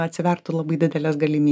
atsivertų labai dideles galimy